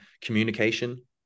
communication